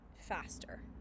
faster